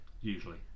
usually